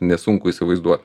net sunku įsivaizduot